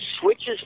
switches